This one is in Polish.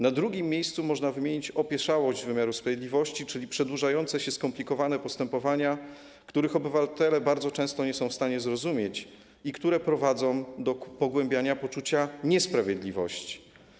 Na drugim miejscu można wymienić opieszałość wymiaru sprawiedliwości, czyli przedłużające się, skomplikowane postępowania, których obywatele bardzo często nie są w stanie zrozumieć i które prowadzą do pogłębiania poczucia niesprawiedliwości.